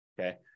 okay